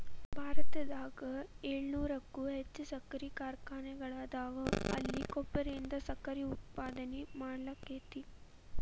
ಭಾರತದಾಗ ಏಳುನೂರಕ್ಕು ಹೆಚ್ಚ್ ಸಕ್ಕರಿ ಕಾರ್ಖಾನೆಗಳದಾವ, ಇಲ್ಲಿ ಕಬ್ಬಿನಿಂದ ಸಕ್ಕರೆ ಉತ್ಪಾದನೆ ಮಾಡ್ಲಾಕ್ಕೆತಿ